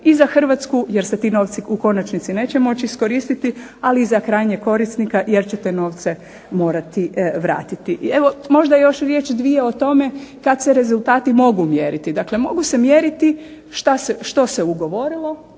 i za Hrvatsku jer se ti novci u konačnici neće moći iskoristit, ali i za krajnjeg korisnika jer će te novce morati vratiti. I evo možda još riječ, dvije o tome kad se rezultati mogu mjeriti. Dakle, mogu se mjeriti što se ugovorilo.